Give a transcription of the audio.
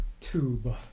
tube